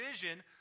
vision